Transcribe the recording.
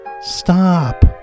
stop